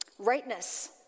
Rightness